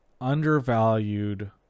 undervalued